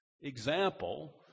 example